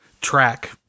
track